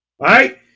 Right